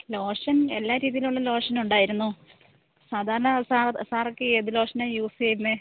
lotion എല്ലാ രീതിയിലും ഉള്ള ലോഷനൊണ്ടായിരുന്നു സാധാരണ സാറ് സാറെക്കെ ഏത് ലോഷനാണ് യൂസ് ചെയ്യുന്നത്